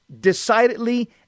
decidedly